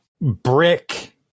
brick